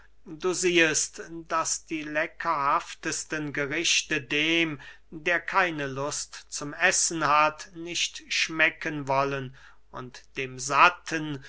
du siehest daß die leckerhaftesten gerichte dem der keine lust zum essen hat nicht schmecken wollen und dem satten